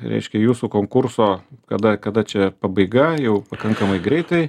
reiškia jūsų konkurso kada kada čia pabaiga jau pakankamai greitai